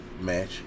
match